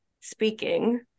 speaking